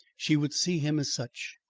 she would see him as such,